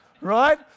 right